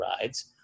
rides